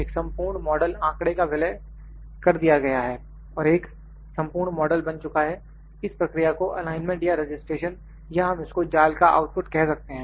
एक संपूर्ण मॉडल आंकड़े का विलय कर दिया गया है और एक संपूर्ण मॉडल बन चुका है इस प्रक्रिया को एलाइनमेंट या रजिस्ट्रेशन या हम इसको जाल का आउटपुट कह सकते हैं